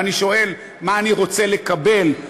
ואני שואל מה אני רוצה לקבל,